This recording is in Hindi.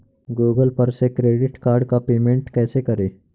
गूगल पर से क्रेडिट कार्ड का पेमेंट कैसे करें?